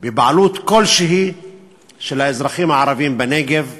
בבעלות כלשהי של האזרחים הערבים בנגב,